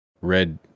red